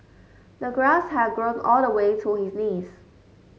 the grass had grown all the way to his knees